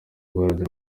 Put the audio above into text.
guharanira